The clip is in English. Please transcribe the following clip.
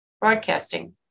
broadcasting